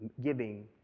giving